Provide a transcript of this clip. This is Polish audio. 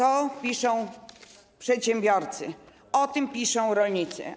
O tym piszą przedsiębiorcy, o tym piszą rolnicy.